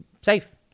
safe